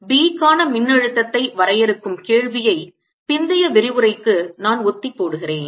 B க்கான மின்னழுத்தத்தை வரையறுக்கும் கேள்வியை பிந்தைய விரிவுரைக்கு நான் ஒத்திப்போடுகிறேன்